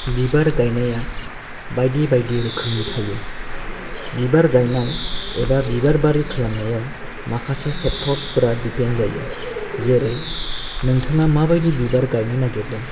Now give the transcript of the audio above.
बिबार गायनाया बायदि बायदि रोखोमनि थायो बिबार गायनाय एबा बिबार बारि खालामनायाव माखासे फेकटरस फोरा दिफेन्द जायो जेरै नोंथाङा माबायदि बिबार गायनो नागिरदों